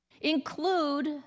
include